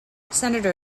senator